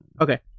Okay